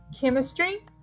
Chemistry